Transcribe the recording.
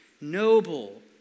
noble